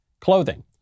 clothing